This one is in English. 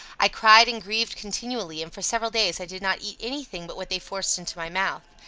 i cried and grieved continually and for several days i did not eat any thing but what they forced into my mouth.